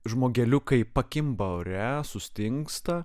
žmogeliukai pakimba ore sustingsta